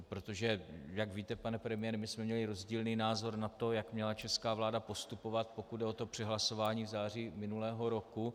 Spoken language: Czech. Protože jak víte, pane premiére, měli jsme rozdílný názor na to, jak měla česká vláda postupovat, pokud jde o to přehlasování v září minulého roku.